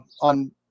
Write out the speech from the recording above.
on